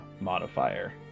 modifier